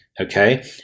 Okay